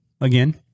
again